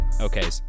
Okay